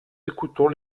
écoutons